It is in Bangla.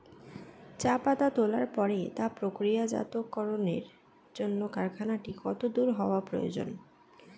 চা পাতা তোলার পরে তা প্রক্রিয়াজাতকরণের জন্য কারখানাটি কত দূর হওয়ার প্রয়োজন?